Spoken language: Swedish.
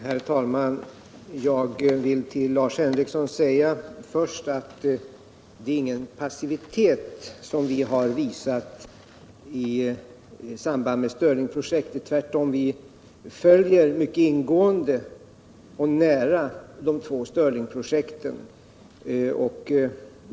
Herr talman! Jag vill först säga till Lars Henrikson att det är ingen passivitet vi har visat i samband med Stirlingprojektet. Tvärtom — vi följer mycket ingående och nära de två Stirlingprojekten.